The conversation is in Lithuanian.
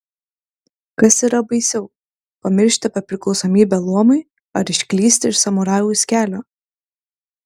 kas yra baisiau pamiršti apie priklausomybę luomui ar išklysti iš samurajaus kelio